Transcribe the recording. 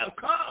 come